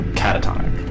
catatonic